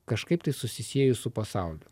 kažkaip tai susisieju su pasauliu